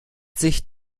sich